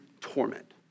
torment